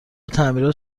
تعمیرات